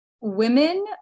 women